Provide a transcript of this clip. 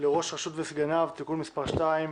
לראש רשות וסגניו) (תיקון מספר 2)